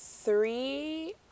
three